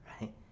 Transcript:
right